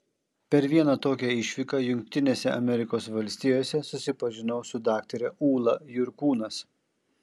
per vieną tokią išvyką jungtinėse amerikos valstijose susipažinau su daktare ūla jurkūnas